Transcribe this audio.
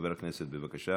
בבקשה.